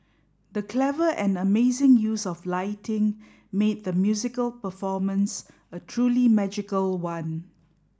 the clever and amazing use of lighting made the musical performance a truly magical one